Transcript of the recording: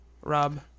Rob